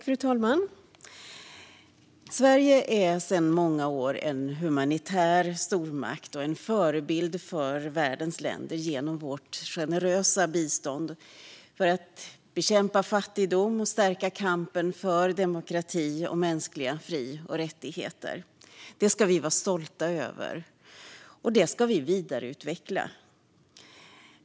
Fru talman! Sverige är sedan många år en humanitär stormakt och en förebild för världens länder genom vårt generösa bistånd som går till att bekämpa fattigdom och stärka kampen för demokrati och mänskliga fri och rättigheter. Det ska vi vara stolta över och vidareutveckla.